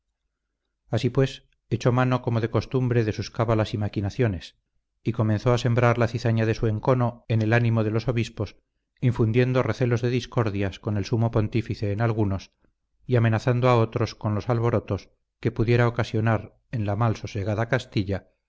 así pues echó mano como de costumbre de sus cábalas y maquinaciones y comenzó a sembrar la cizaña de su encono en el ánimo de los obispos infundiendo recelos de discordias con el sumo pontífice en algunos y amenazando a otros con los alborotos que pudiera ocasionar en la mal sosegada castilla